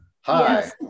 Hi